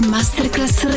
Masterclass